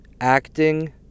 acting